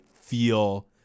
feel